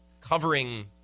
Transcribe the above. covering